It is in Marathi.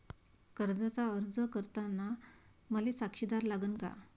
कर्जाचा अर्ज करताना मले साक्षीदार लागन का?